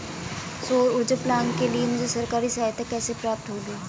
सौर ऊर्जा प्लांट के लिए मुझे सरकारी सहायता कैसे प्राप्त होगी?